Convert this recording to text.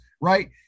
Right